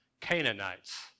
Canaanites